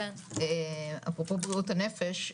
אפרופו בריאות הנפש,